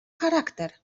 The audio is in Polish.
charakter